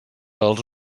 els